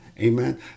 Amen